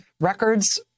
records